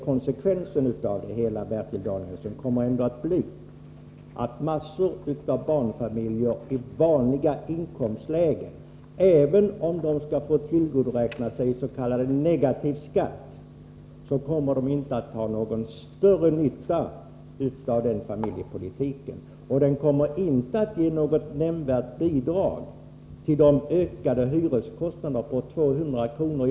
Konsekvensen av det hela, Bertil Danielsson, kommer ändå att bli att massor av barnfamiljer i vanliga inkomstlägen inte kommer att ha någon större nytta av den familjepolitiken, även om de skall få tillgodoräkna sig s.k. negativ skatt. Det kommer inte att ge något nämnvärt bidrag till den ökade hyreskostnad på 200 kr.